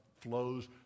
flows